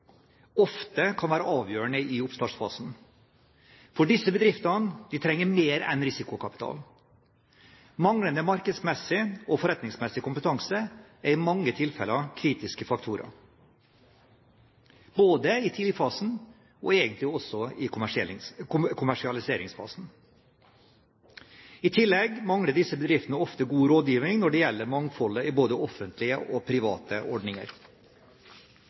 ofte kan være avgjørende i oppstartfasen, for disse bedriftene trenger mer enn risikokapital. Manglende markeds- og forretningsmessig kompetanse er i mange tilfeller kritiske faktorer både i tidligfasen og egentlig også i kommersialiseringsfasen. I tillegg mangler disse bedriftene ofte god rådgivning når det gjelder mangfoldet i både offentlige og private ordninger.